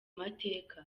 mateka